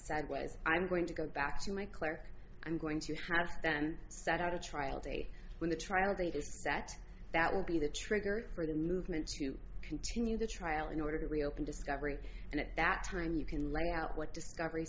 said was i'm going to go back to my clerk i'm going to have then set out a trial date when the trial date is that that will be the trigger for the movement to continue the trial in order to reopen discovery and at that time you can lay out what discovery